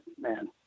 man